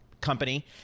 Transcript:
company